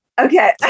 Okay